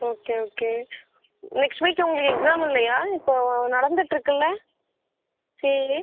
okay okay next week உங்களுக்கு exam இல்லையா இப்போ நடந்துட்டுருக்குல்ல